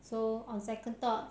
so on second thought